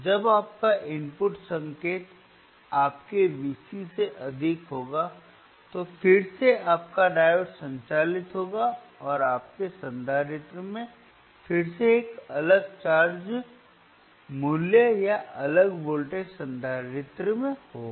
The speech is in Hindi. जब आपका इनपुट संकेत आपके Vc से अधिक होगा तो फिर से आपका डायोड संचालित होगा और आपके संधारित्र में फिर से एक अलग चार्ज मूल्य या अलग वोल्टेज संधारित्र में होगा